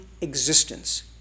existence